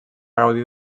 gaudir